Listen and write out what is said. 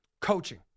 coaching